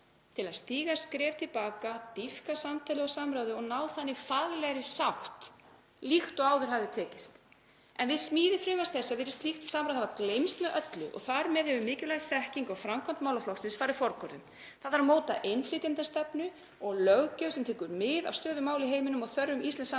stígi skref til baka, dýpki samtalið og samræðuna og nái þannig faglegri sátt líkt og áður hafði tekist. En við smíði frumvarps þessa virðist slíkt samráð hafa gleymst með öllu og þar með hefur mikilvæg þekking á framkvæmd málaflokksins farið forgörðum. Það þarf að móta innflytjendastefnu og löggjöf sem tekur mið af stöðu mála í heiminum og þörfum íslensks